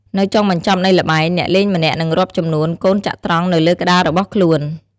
នៅចុងបញ្ចប់នៃល្បែង អ្នកលេងម្នាក់នឹងរាប់ចំនួនកូនចត្រង្គនៅលើក្ដាររបស់ខ្លួន។